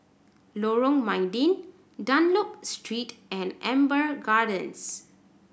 Lorong Mydin Dunlop Street and Amber Gardens